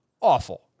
awful